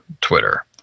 Twitter